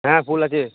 হ্যাঁ ফুল আছে